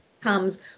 comes